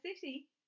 city